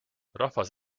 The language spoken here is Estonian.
rahvas